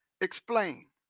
explain